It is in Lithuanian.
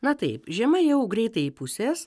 na taip žiema jau greitai įpusės